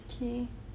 okay